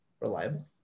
reliable